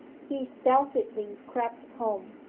he stealthily crept home.